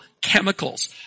chemicals